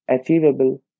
achievable